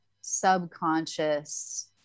subconscious